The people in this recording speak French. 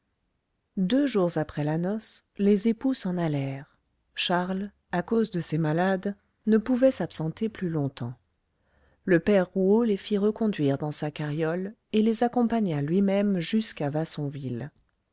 deux jours après la noce les époux s'en allèrent charles à cause de ses malades ne pouvait s'absenter plus longtemps le père rouault les fit reconduire dans sa carriole et les accompagna lui-même jusqu'à vassonville